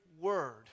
word